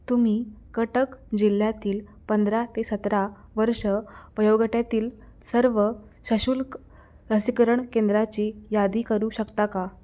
तुम्ही कटक जिल्ह्यातील पंधरा ते सतरा वर्ष वयोगटातील सर्व सशुल्क लसीकरण केंद्राची यादी करू शकता का